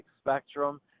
spectrum